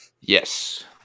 yes